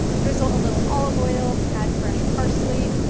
drizzle a little olive oil, add fresh parsley,